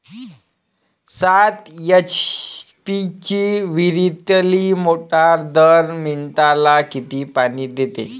सात एच.पी ची विहिरीतली मोटार दर मिनटाले किती पानी देते?